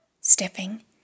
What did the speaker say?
Stepping